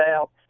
out